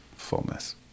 fullness